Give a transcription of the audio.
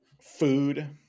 Food